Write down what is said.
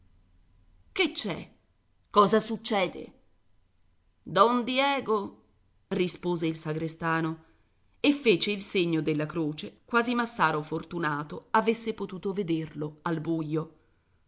che c'è cosa succede don diego rispose il sagrestano e fece il segno della croce quasi massaro fortunato avesse potuto vederlo al buio